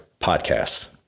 podcast